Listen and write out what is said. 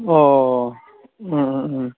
अ